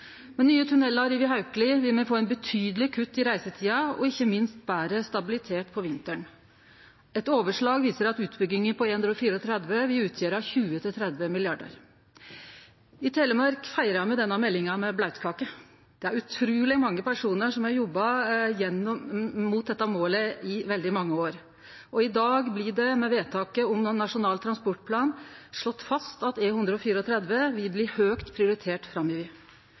Med nye tunnelar over Haukeli vil me få eit betydeleg kutt i reisetida og ikkje minst betre stabilitet om vinteren. Eit overslag viser at utbygginga på E134 vil utgjere 20–30 mrd. kr. I Telemark feira me denne meldinga med blautkake. Det er utruleg mange personar som har jobba mot dette målet i veldig mange år. I dag blir det med vedtaket av Nasjonal transportplan slått fast at E134 vil bli høgt prioritert framover.